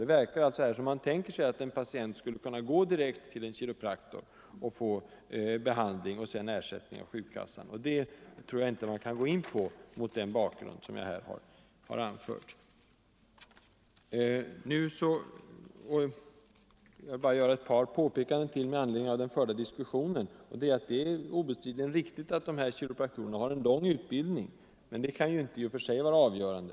Det verkar alltså här som om man tänker sig att en patient skulle kunna gå direkt till en kiropraktor och få behandling och sedan få ersättning av sjukkassan. Det anser jag inte att vi kan gå in för. Det är obestridligen riktigt att vissa kiropraktorer har en lång utbildning. Men det kan ju i och för sig inte vara avgörande.